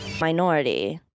minority